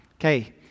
Okay